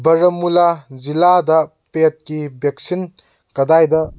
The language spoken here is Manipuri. ꯕꯥꯔꯥꯃꯨꯜꯂꯥ ꯖꯤꯜꯂꯥꯗ ꯄꯦꯗꯀꯤ ꯕꯦꯛꯁꯤꯟ ꯀꯗꯥꯏꯗ